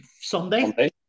Sunday